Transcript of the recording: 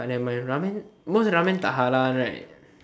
ah nevermind ramen most ramen tak halal one right